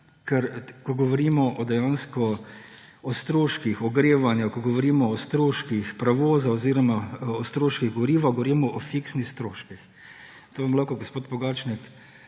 ker ko govorimo dejansko o stroških ogrevanja, ko govorimo o stroških prevoza oziroma o stroških goriva, govorimo o fiksnih stroških. To vam lahko gospod Pogačnik